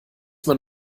man